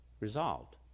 Resolved